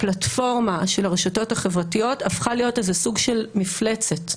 הפלטפורמה של הרשתות החברתיות הפכה להיות איזה סוג של מפלצת,